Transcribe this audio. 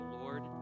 Lord